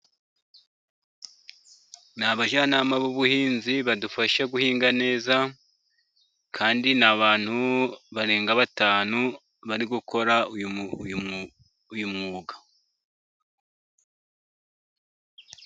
Ni abajyanama b'ubuhinzi, badufasha guhinga neza, kandi ni abantu barenga batanu bari gukora uyu mwuga.